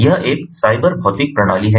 यह एक साइबर भौतिक प्रणाली है